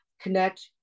connect